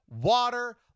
water